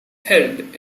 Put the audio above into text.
held